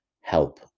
help